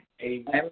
Amen